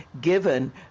given